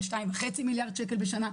על 2.5 מיליארד בשנה?